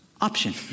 option